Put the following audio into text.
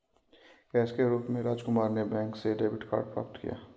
cash के रूप में राजकुमार ने बैंक से डेबिट प्राप्त किया